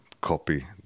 copy